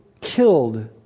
killed